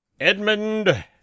Edmund